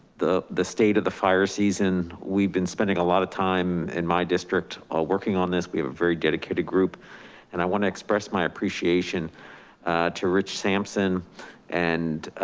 the the state of the fire season. we've been spending a lot of time in my district, on working on this. we have a very dedicated group and i wanna express my appreciation to rich sampson and